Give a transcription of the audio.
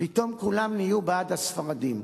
שפתאום כולם נהיו בעד הספרדים.